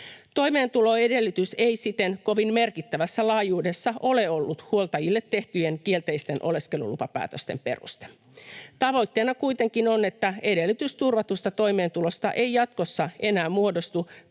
Toimeentuloedellytys ei siten kovin merkittävässä laajuudessa ole ollut huoltajille tehtyjen kielteisten oleskelulupapäätösten peruste. Tavoitteena kuitenkin on, että edellytys turvatusta toimeentulosta ei jatkossa enää muodostu